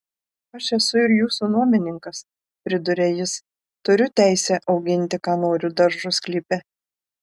aš esu ir jūsų nuomininkas priduria jis turiu teisę auginti ką noriu daržo sklype